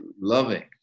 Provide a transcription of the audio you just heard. loving